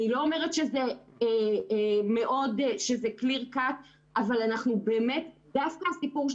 אני לא אומרת שזה קליר-קט אבל דווקא הסיפור של